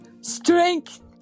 strength